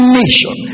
nation